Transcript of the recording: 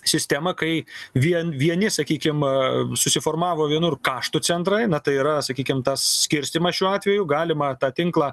sistemą kai vien vieni sakykim susiformavo vienur kaštų centrai na tai yra sakykim tas skirstymas šiuo atveju galima tą tinklą